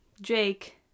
Jake